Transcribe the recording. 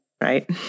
right